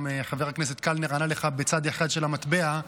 חבר הכנסת קלנר ענה לך בצד אחד של המטבע,